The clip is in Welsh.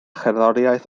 cherddoriaeth